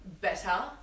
better